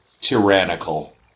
tyrannical